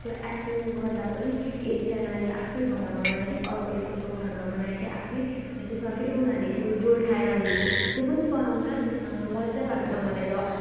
त्यो एक्टिङ गर्दा पनि एकजनाले आफ्नै घरमा बनाइवरी अर्कोले कसको घरमा बनायो गरे आफ्नै त्यसमा फेरि उनीहरूले त्यो जोल्ठाएर भिडियो त्यो पनि बनाउँछ त्यसमा मजा लाग्छ मलाई त